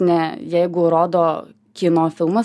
ne jeigu rodo kino filmas